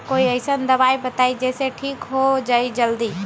कोई अईसन दवाई बताई जे से ठीक हो जई जल्दी?